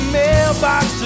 mailbox